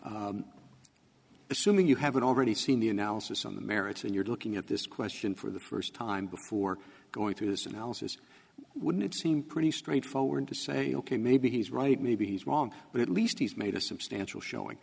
right assuming you haven't already seen the analysis on the merits and you're looking at this question for the first time before going through this analysis wouldn't it seem pretty straightforward to say ok maybe he's right maybe he's wrong but at least he's made a substantial showing